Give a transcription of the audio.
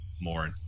more